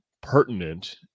pertinent